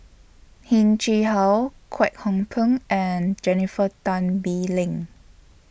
Heng Chee How Kwek Hong Png and Jennifer Tan Bee Leng